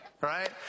right